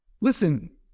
Listen